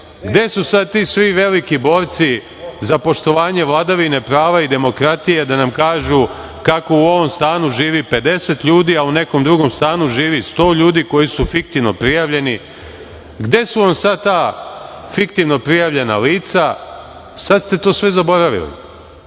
gde su sada svi ti veliki borci za poštovanje vladavine prava i demokratije da nam kažu kako u ovom stanu živi 50 ljudi, a u nekom stanu živi 100 ljudi koji su fiktivno prijavljeni? Gde su vam sad ta fiktivna prijavljena lica? Sada ste to sve zaboravili.